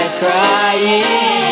crying